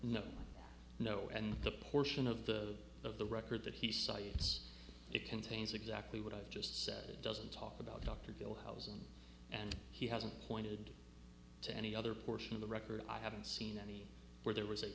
no no and the portion of the of the record that he cites it contains exactly what i've just said doesn't talk about dr gill hausen and he hasn't pointed to any other portion of the record i haven't seen any where there was a